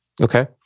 Okay